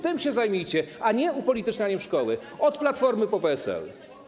Tym się zajmijcie, a nie upolitycznianiem szkoły - od Platformy po PSL.